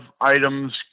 items